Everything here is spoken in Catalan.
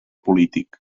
polític